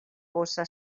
bossa